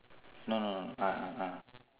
no no no ah ah ah